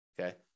Okay